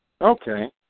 Okay